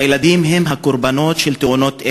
הילדים הם הקורבנות של תאונות אלה.